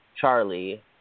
Charlie